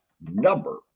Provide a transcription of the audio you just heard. number